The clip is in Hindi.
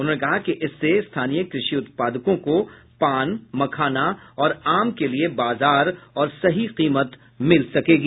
उन्होंने कहा कि इससे स्थानीय कृषि उत्पादकों को पान मखाना और आम के लिये बाजार और सही कीमत मिल सकेगी